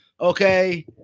okay